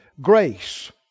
grace